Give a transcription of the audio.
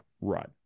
run